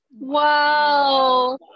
Wow